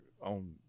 on